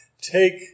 take